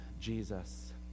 Jesus